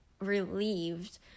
relieved